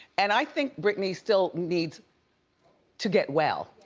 and i think britney still needs to get well.